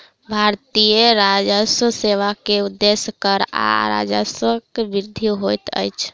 भारतीय राजस्व सेवा के उदेश्य कर आ राजस्वक वृद्धि होइत अछि